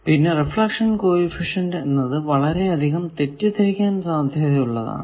പിന്നെ reflection coefficient എന്നത് വളരെയധികം തെറ്റിദ്ധരിക്കാൻ സാധ്യത ഉള്ളതാണ്